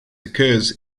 occurs